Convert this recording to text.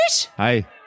Hi